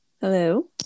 Hello